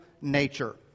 nature